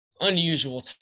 unusual